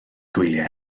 gwyliau